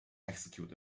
execute